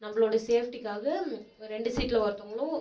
நம்பளோடய சேஃப்ட்டிக்காக ரெண்டு சீட்டில் ஒருத்தவங்களும்